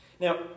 Now